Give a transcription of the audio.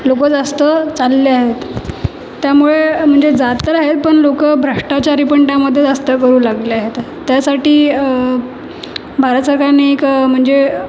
लोक जास्त चालले आहेत त्यामुळे म्हणजे जात तर आहेत पण लोक भ्रष्टाचारी पण त्यामध्ये जास्त करू लागले आहेत त्यासाठी भारत सरकारने एक म्हणजे